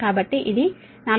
కాబట్టి ఇది 4